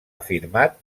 afirmat